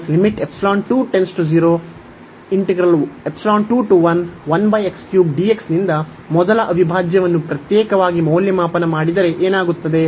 ಆದರೆ ನಿಂದ ಮೊದಲ ಅವಿಭಾಜ್ಯವನ್ನು ಪ್ರತ್ಯೇಕವಾಗಿ ಮೌಲ್ಯಮಾಪನ ಮಾಡಿದರೆ ಏನಾಗುತ್ತದೆ